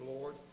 Lord